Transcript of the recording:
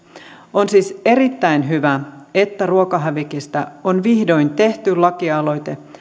on siis erittäin hyvä että ruokahävikistä on vihdoin tehty lakialoite